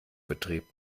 betrieb